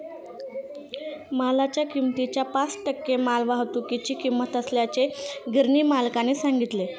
मालाच्या किमतीच्या पाच टक्के मालवाहतुकीची किंमत असल्याचे गिरणी मालकाने सांगितले